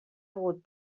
hagut